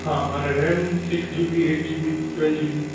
હા અને RAM six GB eight GB twelve GB